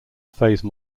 phase